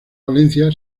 valencia